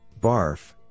BARF